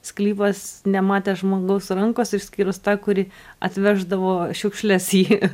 sklypas nematė žmogaus rankos išskyrus tą kuri atveždavo šiukšles į